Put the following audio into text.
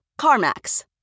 CarMax